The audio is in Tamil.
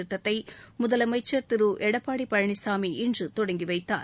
திட்டத்தைமுதலமைச்சர் திருஎடப்பாடிபழனிசாமி இன்றுதொடங்கிவைத்தார்